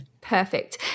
Perfect